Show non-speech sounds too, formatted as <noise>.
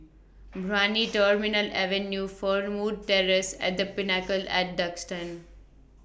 <noise> Brani Terminal Avenue Fernwood Terrace and The Pinnacle At Duxton